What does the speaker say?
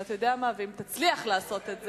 אתה יודע מה, אם תצליח לעשות את זה,